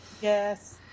yes